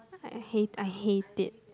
I hate I hate it